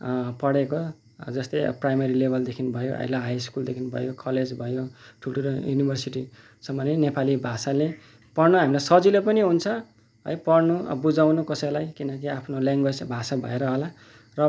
पढेको जस्तै अब प्राइमेरी लेभलदेखि भयो अहिले हाइ स्कुलदेखि भयो कलेज भयो ठुलठुलो युनिभर्सिटीसम्म नै नेपाली भाषाले पढ्न हामीलाई सजिलो पनि हुन्छ है पढ्नु अब बुझाउनु कसैलाई किनकि आफ्नो ल्याङग्वेज भाषा भएर होला र